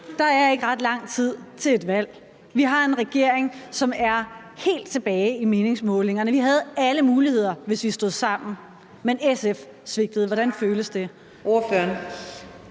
der er ikke ret lang tid til et valg, vi har en regering, som er helt tilbage i meningsmålingerne, og vi havde alle muligheder, hvis vi stod sammen, men SF svigtede. Hvordan føles det?